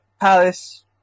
Palace